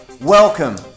Welcome